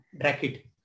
bracket